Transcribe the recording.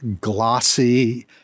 glossy